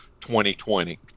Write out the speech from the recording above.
2020